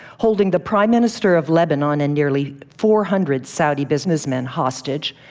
holding the prime minister of lebanon and nearly four hundred saudi businessmen hostage,